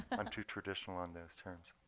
i'm too traditional on those term's.